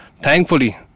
thankfully